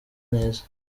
neza